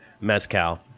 mezcal